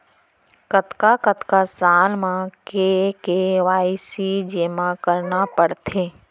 कतका कतका साल म के के.वाई.सी जेमा करना पड़थे?